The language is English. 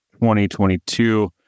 2022